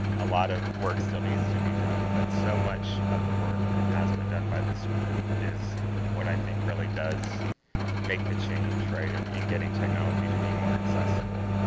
a lot of work still needs to be done. but so much of the work that has been done by this group is what i think really does make the change, right? and in getting technology to be more accessible.